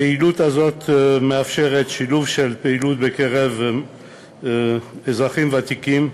הפעילות הזאת מאפשרת שילוב של פעילות בקרב אזרחים ותיקים,